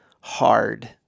hard